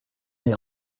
they